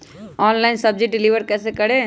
Online सब्जी deliver कैसे करें?